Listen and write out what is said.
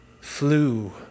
flew